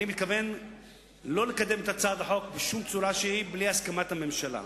אני מתכוון שלא לקדם את הצעת החוק בשום צורה שהיא בלי הסכמת הממשלה.